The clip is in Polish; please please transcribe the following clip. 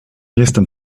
jestem